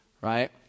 right